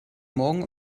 morgen